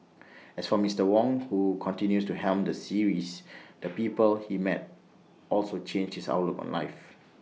as for Mister Wong who continues to helm the series the people he met also changed his outlook on life